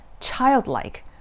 childlike